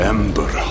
Ember